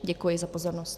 Děkuji za pozornost.